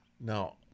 Now